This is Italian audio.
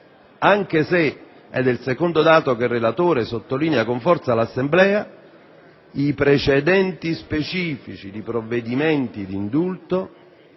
anche se (ed è il secondo dato che il relatore sottolinea con forza all'Assemblea) i precedenti specifici di provvedimenti di indulto